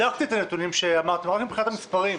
בדקתי את הנתונים שאמרתם, את המספרים.